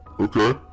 okay